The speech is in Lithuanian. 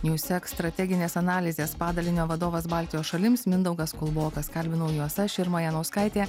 newsec strateginės analizės padalinio vadovas baltijos šalims mindaugas kulbokas kalbinau juos aš irma janauskaitė